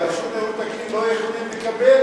אבל אישור ניהול תקין הם לא יכולים לקבל,